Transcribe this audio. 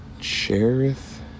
Cherith